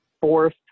fourth